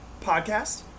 Podcast